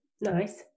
nice